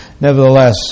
nevertheless